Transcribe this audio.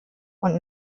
und